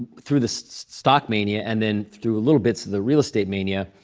through the stock mania and then through little bits of the real estate mania,